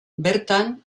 bertan